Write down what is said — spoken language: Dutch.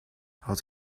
had